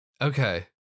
Okay